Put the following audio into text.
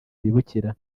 bibukira